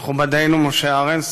מכובדנו משה ארנס,